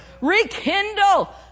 rekindle